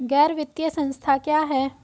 गैर वित्तीय संस्था क्या है?